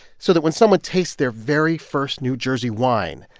so that when someone tastes their very first new jersey wine,